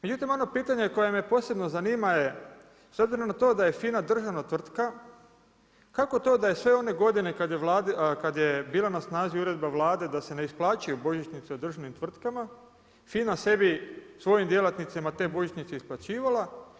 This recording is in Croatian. Međutim ono pitanje koje me posebno zanima je s obzirom na to da je FINA državna tvrtka kako to da je sve one godine kada je bila na snazi uredba Vlade da se ne isplaćuju božićnice u državnim tvrtkama FINA sebi, svojim djelatnicima te božićnice isplaćivala.